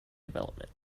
development